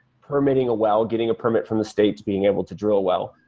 permitting a well, getting a permit from the state to being able to drill well,